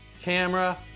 camera